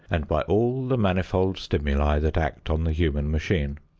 and by all the manifold stimuli that act on the human machine.